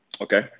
Okay